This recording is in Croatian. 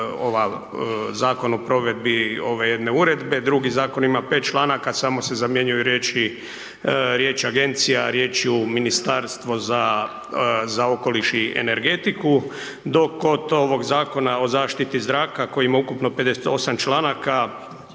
ova, zakon o provedbi ove jedne uredbe, drugi zakon ima pet članaka samo se zamjenjuju riječi, riječ „agencija“ riječju „Ministarstvo za okoliš i energetiku“. Dok kod ovog Zakona o zaštiti zraka, koji ima ukupno 58 članaka,